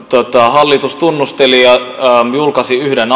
hallitustunnustelija julkaisi yhden